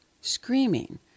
screaming